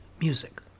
music